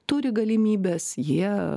turi galimybes jie